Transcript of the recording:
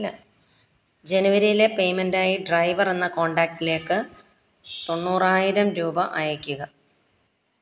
അല്ല ജനുവരിയിലെ പേയ്മെൻറ് ആയി ഡ്രൈവർ എന്ന കോണ്ടാക്ടിലേക്ക് തൊണ്ണൂറായിരം രൂപ അയയ്ക്കുക